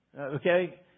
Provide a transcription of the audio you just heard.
Okay